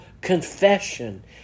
confession